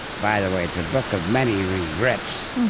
by the way, it's a book of many regrets.